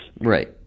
Right